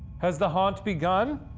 has the haunt begun?